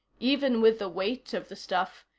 even with the weight of the stuff,